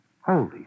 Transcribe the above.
Holy